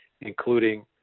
including